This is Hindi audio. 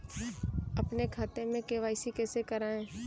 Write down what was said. अपने खाते में के.वाई.सी कैसे कराएँ?